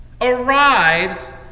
arrives